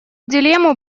дилемму